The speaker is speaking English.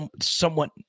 somewhat